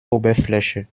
oberfläche